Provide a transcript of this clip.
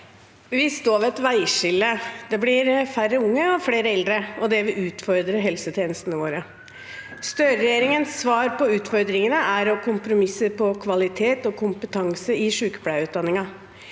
Vi står ved et vei- skille. Det blir færre unge og flere eldre, og det vil utfordre helsetjenestene våre. Støre-regjeringens svar på utfordringene er å kompromisse på kvalitet og kompetanse i sykepleierutdanningen.